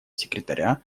секретаря